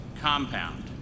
compound